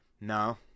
no